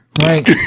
right